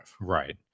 right